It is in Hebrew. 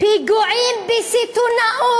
פיגועים בסיטונאות.